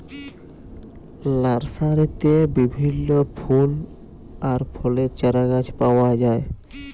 লার্সারিতে বিভিল্য ফুল আর ফলের চারাগাছ পাওয়া যায়